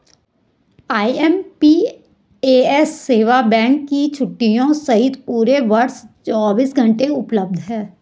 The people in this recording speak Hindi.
आई.एम.पी.एस सेवा बैंक की छुट्टियों सहित पूरे वर्ष चौबीस घंटे उपलब्ध है